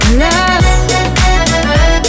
love